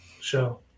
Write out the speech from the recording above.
show